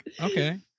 okay